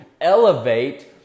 elevate